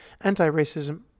anti-racism